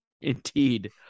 indeed